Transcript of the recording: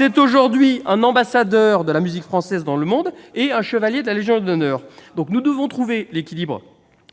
est aujourd'hui un ambassadeur de la musique française dans le monde et a été fait chevalier de la Légion d'honneur. Nous devons trouver un équilibre